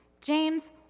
James